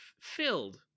filled